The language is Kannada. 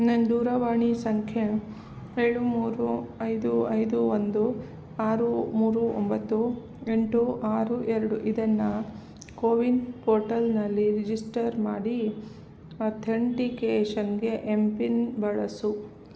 ನನ್ನ ದೂರವಾಣಿ ಸಂಖ್ಯೆ ಏಳು ಮೂರು ಐದು ಐದು ಒಂದು ಆರು ಮೂರು ಒಂಬತ್ತು ಎಂಟು ಆರು ಎರಡು ಇದನ್ನು ಕೋವಿನ್ ಪೋರ್ಟಲ್ನಲ್ಲಿ ರಿಜಿಸ್ಟರ್ ಮಾಡಿ ಅಥೆಂಟಿಕೇಷನ್ಗೆ ಎಂ ಪಿನ್ ಬಳಸು